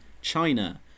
China